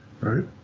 right